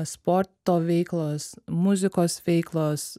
sporto veiklos muzikos veiklos